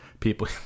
People